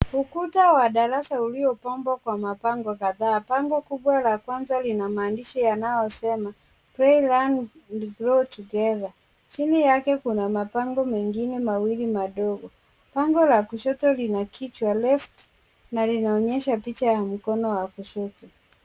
Ukuta wa darasa uliopambwa kwa mapango kadhaa, pango kubwa la kwanza lina maandishi yanao sema, (cs) play learn and grow together(cs), chini yake kuna mapango mengine mawili madogo, pango la kushoto lina kichwa, (cs)left(cs), na linaonyesha picha ya mkono wa kushoto.